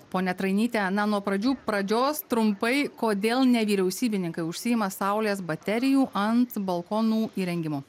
ponia trainyte na nuo pradžių pradžios trumpai kodėl nevyriausybininkai užsiima saulės baterijų ant balkonų įrengimu